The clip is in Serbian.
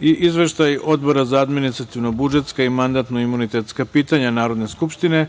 i Izveštaj Odbora za administrativno-budžetska i mandatno-imunitetska pitanja Narodne skupštine